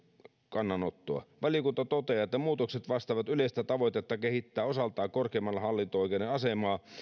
kannanottoa valiokunta toteaa että muutokset vastaavat yleistä tavoitetta kehittää osaltaan korkeimman hallinto oikeuden asemaa